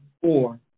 four